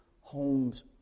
homes